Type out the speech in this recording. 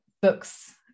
books